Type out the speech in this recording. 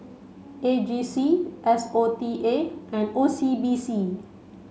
A G C S O T A and O C B C